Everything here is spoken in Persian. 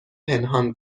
پنهان